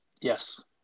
Yes